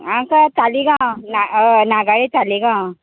म्हाका ताळिगांव ना अय नागाळे ताळिगांव